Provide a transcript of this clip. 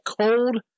cold